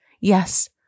Yes